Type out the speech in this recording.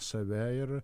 save ir